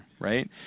right